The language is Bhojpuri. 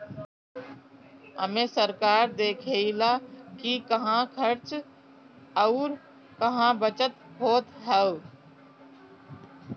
एमे सरकार देखऽला कि कहां खर्च अउर कहा बचत होत हअ